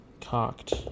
Cocked